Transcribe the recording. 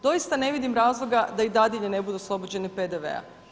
Doista ne vidim razloga da i dadilje ne budu oslobođene PDV-a.